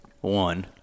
One